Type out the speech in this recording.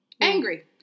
Angry